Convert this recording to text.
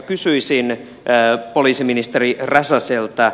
kysyisin poliisiministeri räsäseltä